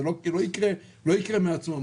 זה לא יקרה מעצמו.